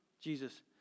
Jesus